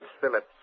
Phillips